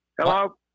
Hello